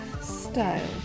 style